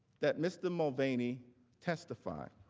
that mr. mulvaney testify.